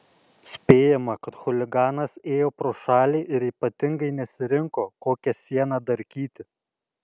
spėjama kad chuliganas ėjo pro šalį ir ypatingai nesirinko kokią sieną darkyti